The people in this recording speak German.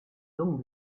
jung